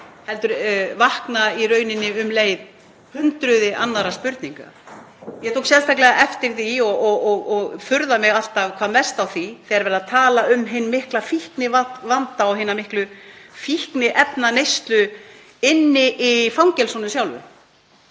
heldur vakna í rauninni um leið hundruð annarra spurninga. Ég tók sérstaklega eftir því og furða mig alltaf hvað mest á því þegar verið er að tala um hinn mikla fíknivanda og hina miklu fíkniefnaneyslu í fangelsunum sjálfum